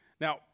Now